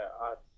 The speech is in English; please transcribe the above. art